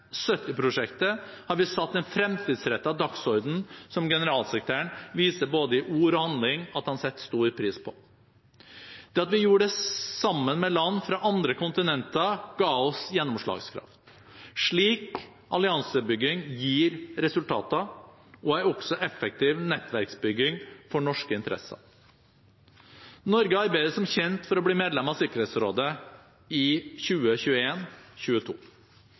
har vi satt en fremtidsrettet dagsorden som generalsekretæren viser i både ord og handling at han setter stor pris på. Det at vi gjorde dette sammen med land fra andre kontinenter, ga oss gjennomslagskraft. Slik alliansebygging gir resultater og er også effektiv nettverksbygging for norske interesser. Norge arbeider som kjent for å bli medlem av Sikkerhetsrådet i